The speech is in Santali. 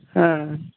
ᱦᱮᱸ